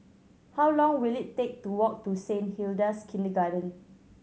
how long will it take to walk to Saint Hilda's Kindergarten